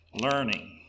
Learning